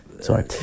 sorry